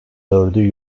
dördü